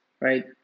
right